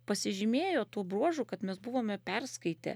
pasižymėjo tuo bruožu kad mes buvome perskaitę